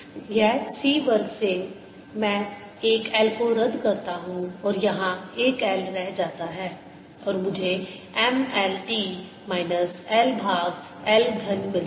यह c वर्ग से मैं एक l को रद्द करता हूँ यहाँ एक l रह जाता है और मुझे m l t माइनस 1 भाग l घन मिलता है